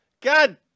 God